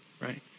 right